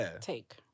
take